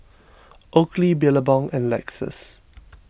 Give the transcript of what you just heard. Oakley Billabong and Lexus